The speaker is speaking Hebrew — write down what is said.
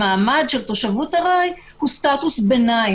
המעמד של תושבות ארעי הוא סטטוס ביניים.